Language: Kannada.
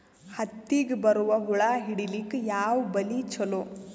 ಹತ್ತಿಗ ಬರುವ ಹುಳ ಹಿಡೀಲಿಕ ಯಾವ ಬಲಿ ಚಲೋ?